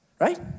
right